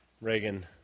Reagan